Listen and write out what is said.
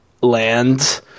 land